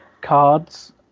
cards